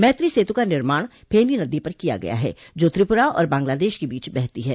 मैत्री सेतु का निर्माण फेनी नदी पर किया गया है जो त्रिपुरा और बांग्लादेश के बीच बहती है